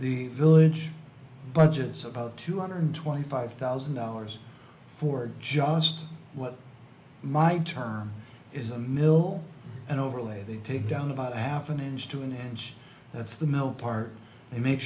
the village budget it's about two hundred twenty five thousand dollars for just what my term is a mill and overlay they take down about half an inch to an inch that's the mill part they make